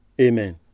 Amen